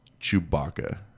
Chewbacca